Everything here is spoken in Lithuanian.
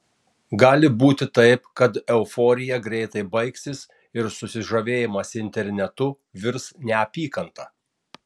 gali būti taip kad euforija greitai baigsis ir susižavėjimas internetu virs neapykanta